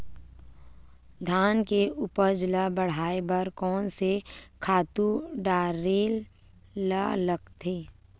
धान के उपज ल बढ़ाये बर कोन से खातु डारेल लगथे?